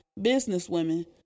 businesswomen